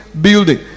building